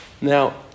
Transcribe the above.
now